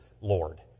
Lord